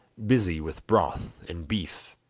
busy with broth and beef.